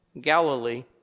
Galilee